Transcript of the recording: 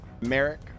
Merrick